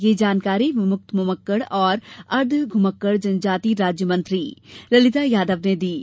यह जानकारी विमुक्त घुमक्कड़ और अर्द्व घुमक्कड़ जनजाति राज्य मंत्री ललिता यादव ने दी है